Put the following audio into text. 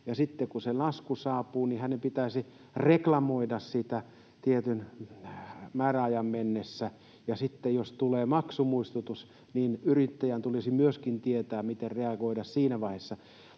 ja sitten kun se lasku saapuu, niin hänen pitäisi reklamoida siitä tietyn määräajan kuluessa, ja sitten jos tulee maksumuistutus, niin yrittäjän tulisi myöskin tietää, miten reagoida siinä vaiheessa.